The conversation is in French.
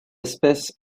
espèce